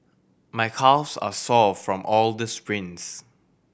my calves are sore from all the sprints